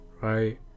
Right